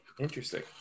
interesting